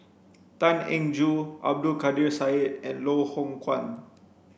Tan Eng Joo Abdul Kadir Syed and Loh Hoong Kwan